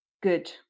good